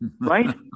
right